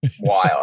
wild